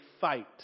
fight